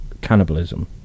cannibalism